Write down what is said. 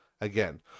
Again